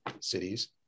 cities